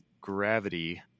gravity